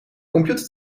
computer